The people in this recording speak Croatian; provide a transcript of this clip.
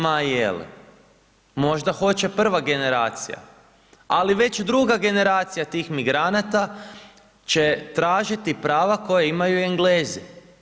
Ma je li, možda hoće prva generacija, ali već druga generacija tih migranata će tražiti prava koja imaju Englezi.